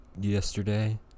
yesterday